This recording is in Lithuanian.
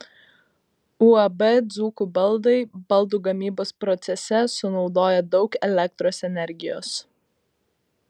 uab dzūkų baldai baldų gamybos procese sunaudoja daug elektros energijos